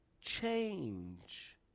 change